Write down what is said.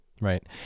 Right